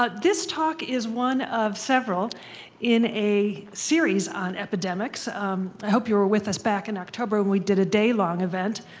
ah this talk is one of several in a series on epidemics. i um hope you were with us back in october when we did a day-long event.